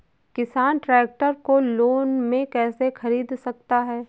किसान ट्रैक्टर को लोन में कैसे ख़रीद सकता है?